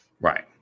right